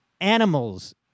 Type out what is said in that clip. animals